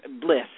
bliss